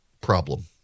problem